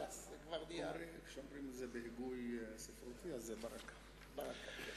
כשאומרים את זה בהיגוי ספרותי, זה ברכה, בקמץ.